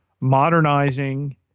modernizing